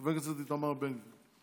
חבר הכנסת איתמר בן גביר.